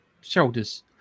shoulders